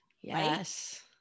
Yes